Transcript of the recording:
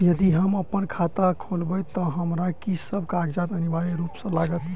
यदि हम अप्पन खाता खोलेबै तऽ हमरा की सब कागजात अनिवार्य रूप सँ लागत?